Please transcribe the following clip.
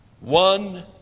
one